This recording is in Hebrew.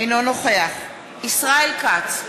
אינו נוכח ישראל כץ,